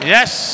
Yes